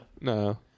No